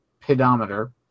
pedometer